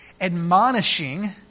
Admonishing